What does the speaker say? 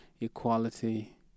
Equality